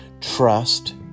Trust